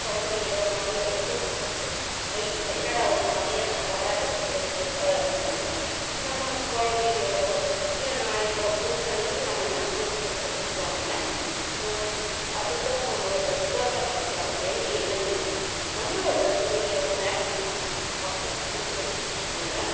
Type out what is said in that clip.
குழந்தைகளோ நாயோ ஏதோ ஒன்று பார்த்து ஐ இதென்னடா ஒருமாதிரியாக கலராக இருக்குது ரெட் கலராக இருக்கிறனால் நம்ம குழந்தைக எவரோ இல்லை நாய்களோ கொண்டு வந்து நம்ம நடுரோட்டில் போட்டுருவாங்க அது தான் நம்மளோடய சுகாதாரத்துக்கான வேண்டிய என்னென்னா நம்மளோடய துணியோ நேப்கினோ அப்பப்போ எரிச்சிட்டுருங்க